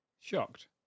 Shocked